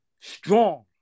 strong